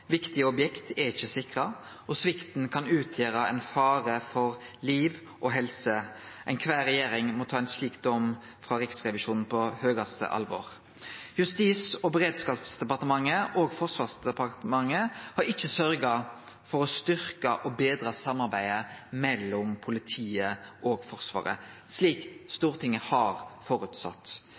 Viktige objekt er ikkje sikra, og svikten kan utgjere ein fare for liv og helse. Kvar regjering må ta ein slik dom frå Riksrevisjonen på største alvor. Justis- og beredskapsdepartementet og Forsvarsdepartementet har ikkje sørgt for å styrkje og betre samarbeidet mellom politiet og Forsvaret, slik Stortinget har